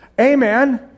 amen